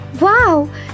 Wow